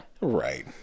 right